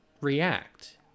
react